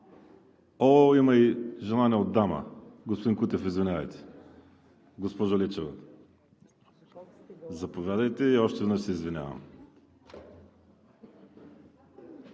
Има и желание от дама. Господин Кутев, извинявайте. Госпожо Лечева, заповядайте, и още веднъж се извинявам.